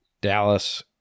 Dallas